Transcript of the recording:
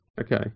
Okay